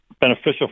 beneficial